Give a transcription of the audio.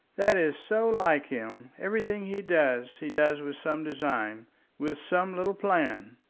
that is so like him. everything he does he does with some design with some little plan.